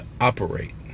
operate